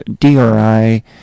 DRI